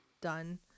done